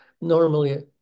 normally